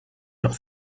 not